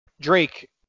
drake